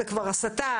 זו כבר הסתה,